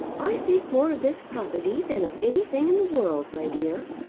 i think more of this property than of anything in the world, my dear.